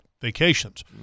vacations